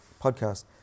podcast